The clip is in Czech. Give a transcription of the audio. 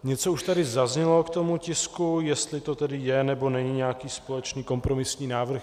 Něco už tady zaznělo k tomu tisku, jestli to tedy je nebo není nějaký společný kompromisní návrh.